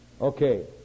okay